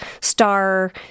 STAR